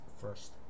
first